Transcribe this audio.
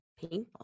painful